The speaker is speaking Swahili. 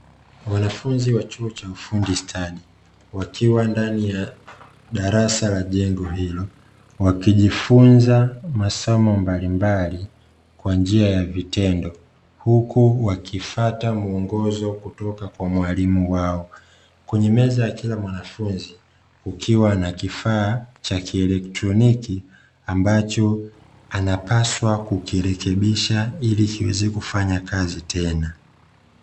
Wanafunzi wa chuo cha ufundi stadi, wakiwa ndani ya darasa la jengo hilo, wakijifunza masomo mbalimbali kwa njia ya vitendo, huku wakifata mwongozo kutoka kwa mwalimu wao. Kwenye meza ya kila mwanafunzi kukiwa na kifaa cha kielektroniki, ambacho anapaswa kukirekebisha ili kiweze kufanya kazi tena.